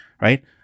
Right